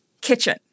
Kitchen